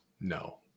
No